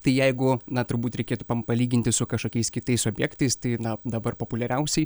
tai jeigu na turbūt reikėtų palyginti su kažkokiais kitais objektais tai na dabar populiariausiai